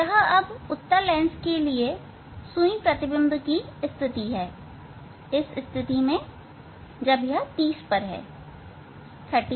अब यह उत्तल लेंस के लिए सुई प्रतिबिंब की स्थिति है इस स्थिति में जब यह 30 पर है